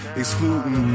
excluding